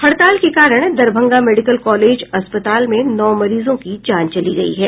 हड़ताल के कारण दरभंगा मेडिकल कॉलेज अस्पताल में नौ मरीजों की जान चली गयी है